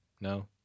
No